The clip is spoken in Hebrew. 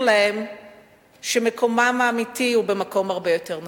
להן שמקומן האמיתי הוא במקום הרבה יותר נמוך.